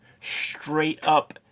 straight-up